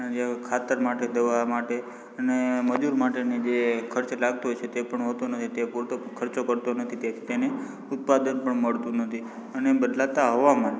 ખાતર માટે દવા માટે અને મજૂર માટેની જે ખર્ચ લાગતો હોય છે તે પણ હોતો નથી તે પૂરતો ખર્ચ કરતો નથી તેથી તેને ઉત્પાદન પણ મળતું નથી અને બદલાતાં હવામાન